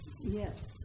Yes